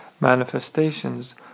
manifestations